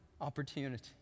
opportunity